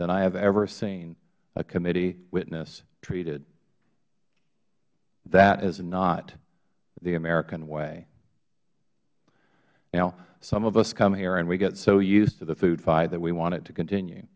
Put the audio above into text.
than i have ever seen a committee witness treated that is not the american way now some of us come here and we get so used to the food fight that we want it to continue